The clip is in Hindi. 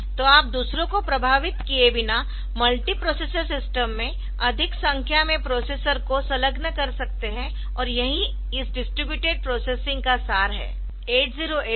तो आप दूसरों को प्रभावित किए बिना मल्टी प्रोसेसर सिस्टम में अधिक संख्या में प्रोसेसर को संलग्न कर सकते है और यही इस डिस्ट्रीब्यूटेड प्रोसेसिंग का सार है